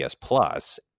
plus